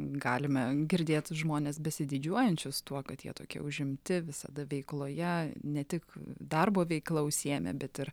galime girdėti žmones besididžiuojančius tuo kad jie tokie užimti visada veikloje ne tik darbo veikla užsiėmę bet ir